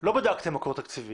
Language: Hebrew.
לא בדקתם מקור תקציבי.